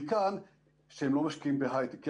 מכאן שהם לא משקיעים בהיי-טק.